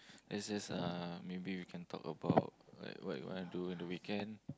let's just uh maybe we can talk about like what you wanna do in the weekend